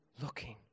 looking